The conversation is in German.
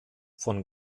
von